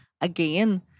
again